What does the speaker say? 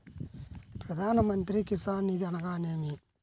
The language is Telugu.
ప్రధాన మంత్రి కిసాన్ నిధి అనగా నేమి?